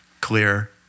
clear